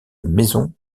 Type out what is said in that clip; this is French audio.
maison